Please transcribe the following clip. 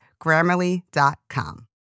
Grammarly.com